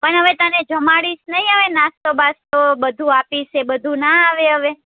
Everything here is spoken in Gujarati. પણ હવે તને જમાડીશ નહીં હવે નાસ્તો બાસ્તો બધુ આપીશ એ બધુ ન આવે હવે